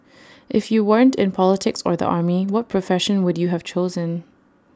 if you weren't in politics or the army what profession would you have chosen